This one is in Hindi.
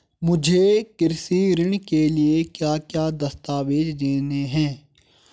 मुझे कृषि ऋण के लिए क्या क्या दस्तावेज़ देने हैं?